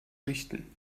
richten